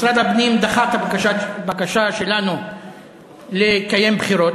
משרד הפנים דחה את הבקשה שלנו לקיים בחירות.